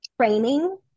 training